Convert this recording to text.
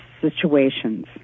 situations